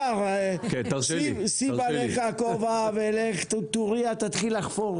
השר, שים עליך כובע, קח טוריה ולך תתחיל לחפור.